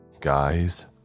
Guys